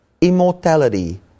immortality